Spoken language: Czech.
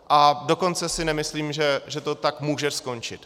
A dokonce si nemyslím, že to tak může skončit.